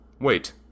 Wait